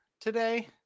today